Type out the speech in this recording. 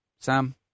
Sam